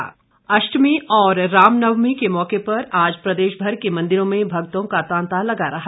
रामनवमी अष्टमी और रामनवमी के मौके पर आज प्रदेश भर के मंदिरों में भक्तों का तांता लगा रहा